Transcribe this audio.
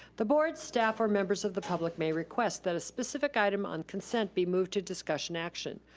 the board staff or members of the public may request that a specific items on consent be moved to discussion action.